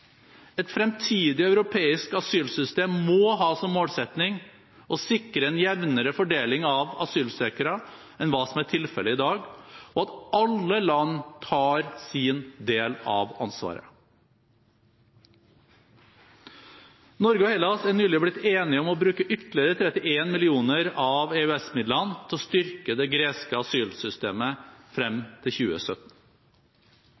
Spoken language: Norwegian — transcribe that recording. Et fremtidig europeisk asylsystem må ha som målsetting å sikre en jevnere fordeling av asylsøkere enn hva som er tilfelle i dag, og at alle land tar sin del av ansvaret. Norge og Hellas er nylig blitt enige om å bruke ytterligere 31 mill. kr av EØS-midlene til å styrke det greske asylsystemet